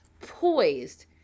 poised